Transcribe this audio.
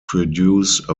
produce